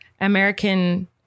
American